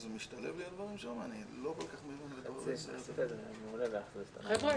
של הכנסת ולי מתווה משופר אבל לצערנו כרגע המתווה עדיין רחוק